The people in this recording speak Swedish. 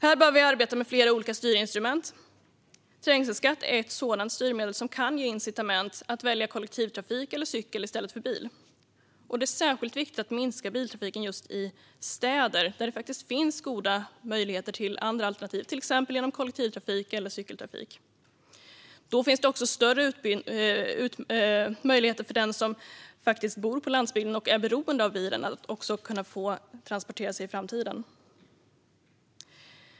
Här behöver vi arbeta med flera olika styrinstrument. Trängselskatt är ett sådant styrmedel som kan ge incitament att välja kollektivtrafik eller cykel i stället för bil. Det är särskilt viktigt att minska biltrafiken just i städer där det faktiskt finns goda möjligheter till andra alternativ, till exempel genom kollektivtrafik eller cykeltrafik. Då finns det också större möjligheter för den som bor på landsbygden och är beroende av bilen att också kunna få transportera sig i framtiden.